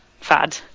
fad